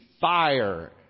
fire